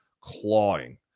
clawing